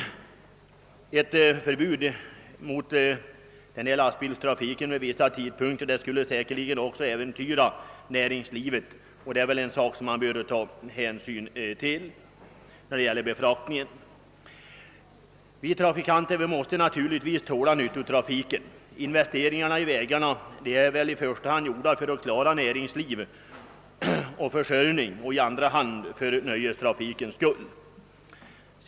Ett förbud mot den här lastbilstrafiken vid vissa tidpunkter skulle säkerligen äventyra näringslivet, och det är väl en sak som man bör ta hänsyn till. Vi trafikanter måste naturligtvis tåla nyttotrafiken. Investeringarna i vägarna är väl i första hand gjorda för att klara försörjningen och i andra hand för nöjestrafikens skull.